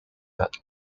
that